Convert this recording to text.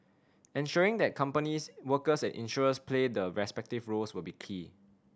ensuring that companies workers and insurers play their respective roles will be key